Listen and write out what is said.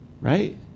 right